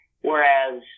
whereas